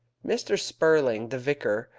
mr. spurling, the vicar,